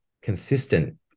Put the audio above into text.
consistent